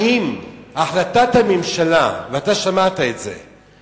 האם החלטת הממשלה, ואתה שמעת את זה,